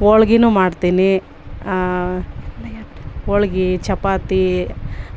ಹೋಳ್ಗಿನು ಮಾಡ್ತೀನಿ ಹೋಳ್ಗಿ ಚಪಾತಿ